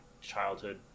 childhood